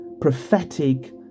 prophetic